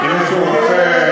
לא,